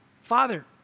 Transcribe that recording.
Father